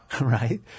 Right